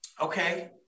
Okay